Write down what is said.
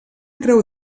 creu